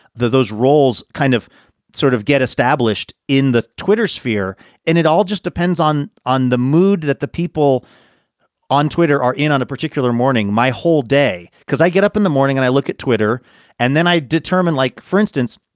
those roles kind of sort of get established in the twittersphere and it all just depends on on the mood that the people on twitter are in on a particular morning, my whole day, because i get up in the morning and i look at twitter and then i determine like, for instance,